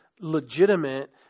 legitimate